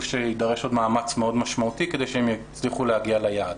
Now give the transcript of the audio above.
שיידרש עוד מאמץ מאוד משמעותי כדי שהם יצליחו להגיע ליעד.